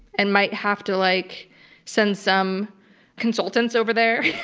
and might have to like send some consultants over there,